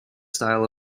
style